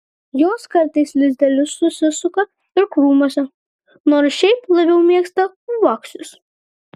jos kartais lizdelius susisuka ir krūmuose nors šiaip labiau mėgsta uoksus